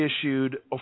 issued